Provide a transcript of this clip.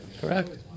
correct